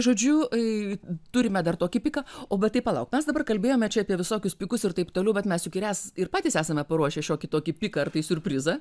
žodžiu kai turime dar tokį pyką o bet tai palauk mes dabar kalbėjome čia apie visokius pykus ir taip toliau bet mes juk ir esa ir patys esame paruošę šiokį tokį kartais siurprizą